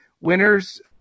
winners